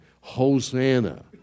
Hosanna